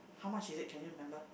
how much is it can you remember